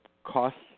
Costs